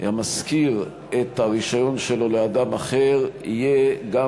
המשכיר את הרישיון שלו לאדם אחר יהיה גם